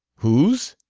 whose?